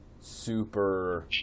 super